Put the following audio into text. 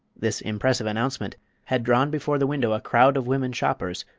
this impressive announcement had drawn before the window a crowd of women shoppers,